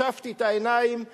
שפשפתי את העיניים וראיתי,